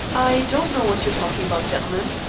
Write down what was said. i don't know what you're talking about, gentlemen,